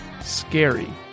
scary